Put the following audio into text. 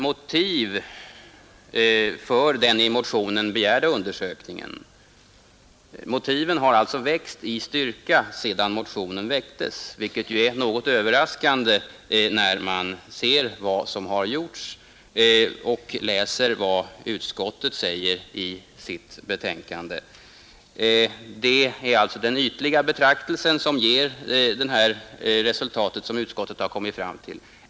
Motiven för den i motionen begärda undersökningen har växt i styrka sedan motionen väcktes, vilket ju är något överraskande när man läser vad utskottet säger i sitt betänkande. Men det är det ytliga betraktandet som ger det resultat som utskottet har kommit fram till.